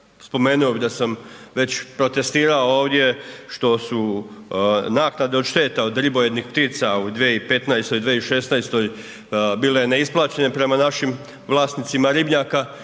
Spomenuo bih da sam već protestirao ovdje što su naknadno od šteta od ribojednih ptica u 2015./2016. bile neisplaćene prema našim vlasnicima ribnjaka